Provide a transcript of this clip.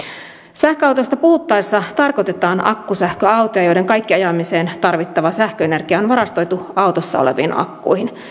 sähköautoista puhuttaessa tarkoitetaan akkusähköautoja joiden kaikki ajamiseen tarvittava sähköenergia on on varastoitu autoissa oleviin akkuihin